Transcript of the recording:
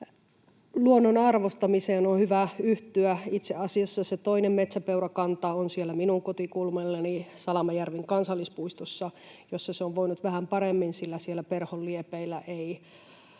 luonnon arvostamiseen on hyvä yhtyä. Itse asiassa se toinen metsäpeurakanta on siellä minun kotikulmillani Salamajärven kansallispuistossa, jossa se on voinut vähän paremmin, sillä siellä Perhon liepeillä ei